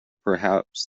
perhaps